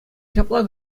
ҫапла